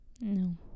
no